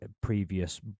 previous